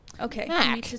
Okay